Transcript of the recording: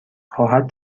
خواهد